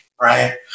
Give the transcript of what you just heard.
right